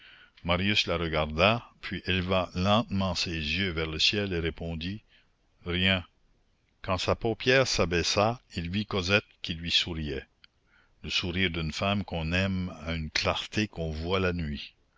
marius la regarda puis éleva lentement ses yeux vers le ciel et répondit rien quand sa paupière s'abaissa il vit cosette qui lui souriait le sourire d'une femme qu'on aime a une clarté qu'on voit la nuit